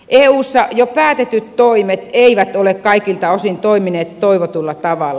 eussa jo päätetyt toimet eivät ole kaikilta osin toimineet toivotulla tavalla